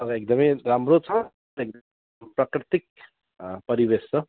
तर एकदमै राम्रो छ प्राकृतिक परिवेश छ